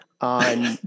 on